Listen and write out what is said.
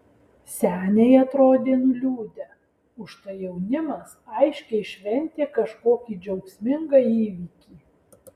seniai atrodė nuliūdę užtai jaunimas aiškiai šventė kažkokį džiaugsmingą įvykį